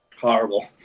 horrible